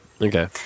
okay